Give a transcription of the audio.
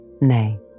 Nay